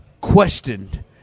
questioned